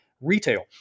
retail